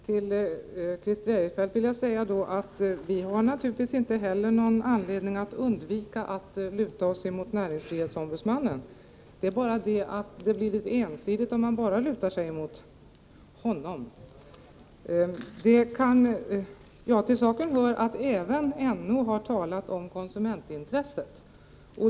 Herr talman! Jag vill säga till Christer Eirefelt att vi naturligtvis inte har någon anledning att undvika att luta oss mot näringsfrihetsombudsmannen. Det är bara det att det blir litet ensidigt, om man bara lutar sig mot honom. Till saken hör att även näringsfrihetsombudsmannen har talat om konsumentintresset.